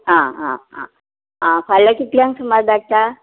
आं आं आं आं फाल्यां कितल्यांक सुमार धाडटा